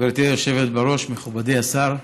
גברתי היושבת בראש, מכובדי השר,